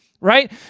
right